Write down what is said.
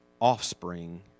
offspring